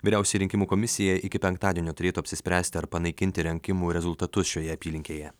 vyriausioji rinkimų komisija iki penktadienio turėtų apsispręsti ar panaikinti rinkimų rezultatus šioje apylinkėje